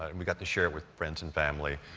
and we got to share it with friends and family.